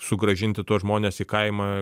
sugrąžinti tuos žmones į kaimą